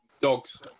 dogs